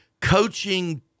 coaching